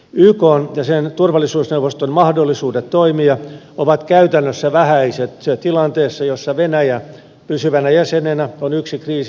ykn ja sen turvallisuusneuvoston mahdollisuudet toimia ovat käytännössä vähäiset tilanteessa jossa venäjä pysyvänä jäsenenä on yksi kriisin osapuoli